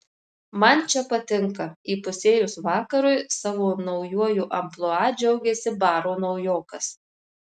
man čia patinka įpusėjus vakarui savo naujuoju amplua džiaugėsi baro naujokas